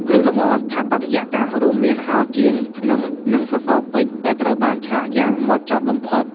គ្រឿងលម្អស្ថាបត្យកម្មរួមមាន ហោជាង ធ្នឹម និងសសរពេជ្រ ដែលត្រូវបានឆ្លាក់យ៉ាងហ្មត់ចត់បំផុត។